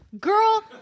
girl